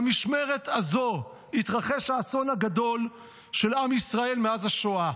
במשמרת הזו התרחש האסון הגדול של עם ישראל מאז השואה,